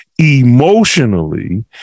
emotionally